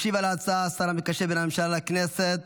ישיב על ההצעה השר המקשר בין הממשלה לכנסת,